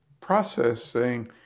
processing